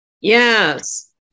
Yes